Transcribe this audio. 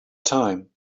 time